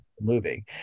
moving